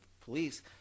police